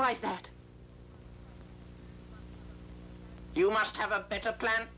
is that you must have a better plan